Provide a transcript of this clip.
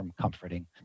comforting